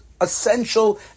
essential